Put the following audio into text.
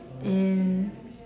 and